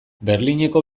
berlineko